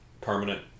permanent